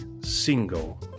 single